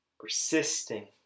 persisting